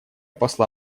посла